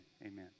Amen